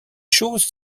choses